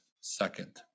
second